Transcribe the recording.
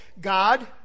God